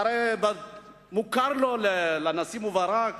והרי מוכר לו לנשיא מובארק